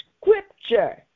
scripture